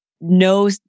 no